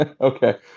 Okay